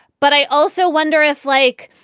but i also wonder if, like,